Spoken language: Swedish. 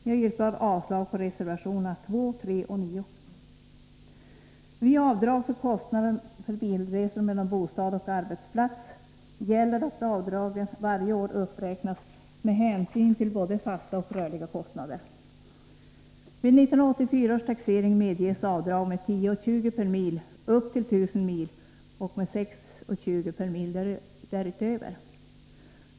Jag yrkar avslag på reservationerna 2, 3 och 9 Vid beräkning av avdrag för kostnader för bilresor mellan bostad och arbetsplats gäller att avdraget varje år uppräknats med hänsyn till både fasta och rörliga kostnader. Vid 1984 års taxering medges avdrag med 10:20 kr. per mil upp till 1.000 mil och med 6:20 kr. per mil därutöver.